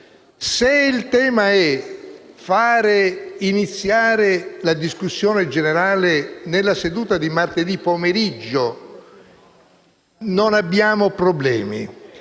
se il tema è far iniziare la discussione generale nella seduta di martedì pomeriggio, noi non abbiamo problemi.